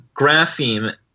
grapheme